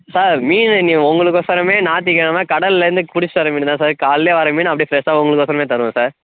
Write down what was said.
sir மீன் இனி உங்களுக்கு உசரமே ஞாத்திக்கெழம கடலில் இருந்து புடிச்ட்டு வர மீன் தான் சார் காலைலே வர மீன் அப்டி ஃப்ரெஷ்ஷாக உங்களுக்கு உசரமே தருவேன் சார்